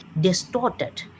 distorted